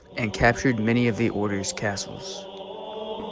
and captured many of the order's castles